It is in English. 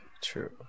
True